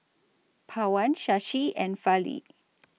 Pawan Shashi and Fali